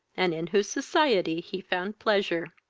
and in whose society he found pleasure.